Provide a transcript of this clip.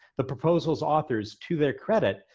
the proposal's authors, to their credit,